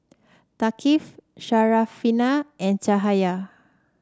Thaqif Syarafina and Cahaya